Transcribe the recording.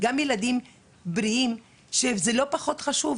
גם ילדים בריאים שגם סובלים ולא פחות חשוב